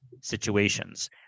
situations